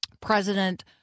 President